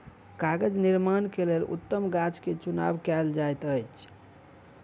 कागज़ निर्माण के लेल उत्तम गाछ के चुनाव कयल जाइत अछि